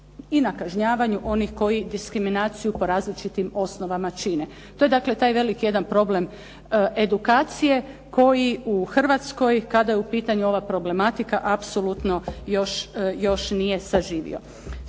i na kažnjavanju onih koji diskriminaciju po različitim osnovama čine. To je dakle taj veliki jedan problem edukacije koji u Hrvatskoj kada je u pitanju ova problematika apsolutno još nije saživio.